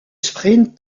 sprint